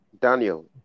Daniel